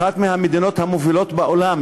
אחת מהמדינות המובילות בעולם,